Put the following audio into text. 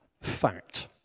Fact